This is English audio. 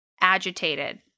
agitated